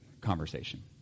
conversation